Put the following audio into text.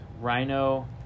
Rhino